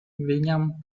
viņam